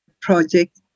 project